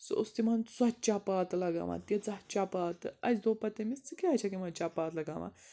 سُہ اوس تِمَن سۄ چَپات لَگاوان تیٖژاہ چَپاتہٕ تہٕ اَسہِ دوٚپ پَتہٕ تیٚمِس ژٕ کیٛازِ چھَکھ یِمَن چَپات لَگاوان